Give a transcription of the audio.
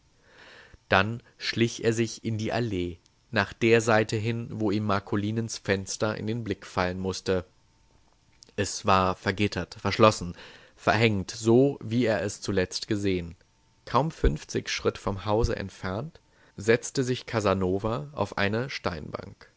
dann schlich er sich in die allee nach der seite hin wo ihm marcolinens fenster in den blick fallen mußte es war vergittert verschlossen verhängt so wie er es zuletzt gesehen kaum fünfzig schritt vom hause entfernt setzte sich casanova auf eine steinbank